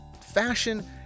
fashion